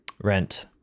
rent